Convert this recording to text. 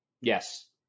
Yes